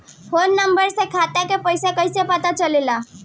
Phone number से खाता के पइसा कईसे पता चलेला?